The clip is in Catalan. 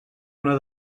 una